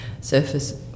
surface